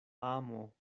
amo